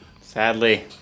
Sadly